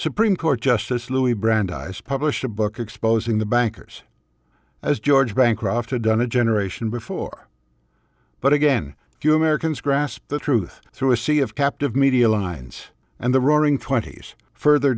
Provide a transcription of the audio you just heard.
supreme court justice louis brandeis published a book exposing the bankers as george bancroft had done a generation before but again few americans grasp the truth through a sea of captive media lines and the roaring twenties further